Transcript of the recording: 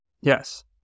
Yes